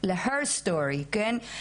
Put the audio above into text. ל- HER STORY, כן?